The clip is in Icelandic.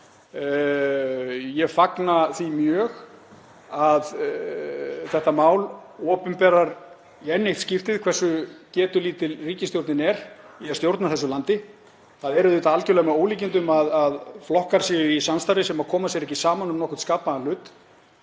Ég fagna því mjög að þetta mál opinberar í enn eitt skiptið hversu getulítil ríkisstjórnin er í að stjórna þessu landi. Það er auðvitað algjörlega með ólíkindum að flokkar séu í samstarfi sem koma sér ekki saman um nokkurn skapaðan hlut,